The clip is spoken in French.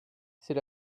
c’est